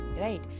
right